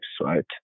right